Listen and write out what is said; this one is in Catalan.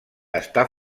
està